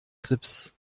grips